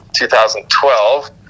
2012